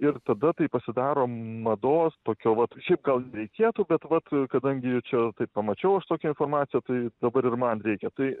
ir tada tai pasidaro mados tokio vat šiaip gal reikėtų bet vat kadangi čia taip pamačiau aš tokią informaciją tai dabar ir man reikia tai